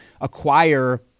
acquire